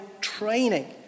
training